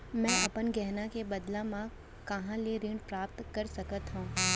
मै अपन गहना के बदला मा कहाँ ले ऋण प्राप्त कर सकत हव?